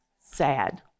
sad